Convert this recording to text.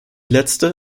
letzte